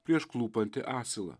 prieš klūpantį asilą